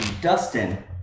Dustin